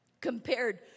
compared